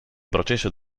processo